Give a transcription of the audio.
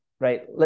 right